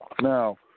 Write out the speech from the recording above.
Now